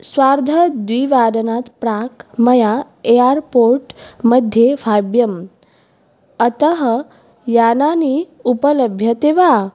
स्वार्धद्विवादनात् प्राक् मया एयारपोर्ट् मध्ये भाव्यम् अतः यानानि उपलभ्यन्ते वा